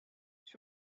sur